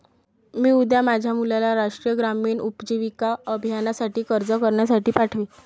मी उद्या माझ्या मुलाला राष्ट्रीय ग्रामीण उपजीविका अभियानासाठी अर्ज करण्यासाठी पाठवीन